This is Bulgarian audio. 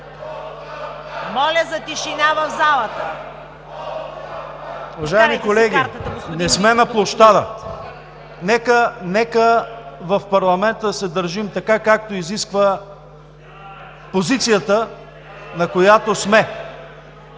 Оставка!“) Уважаеми колеги, не сме на площада. Нека в парламента се държим така, както изисква позицията, на която сме.